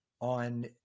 on